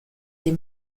les